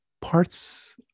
parts